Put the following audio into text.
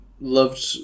loved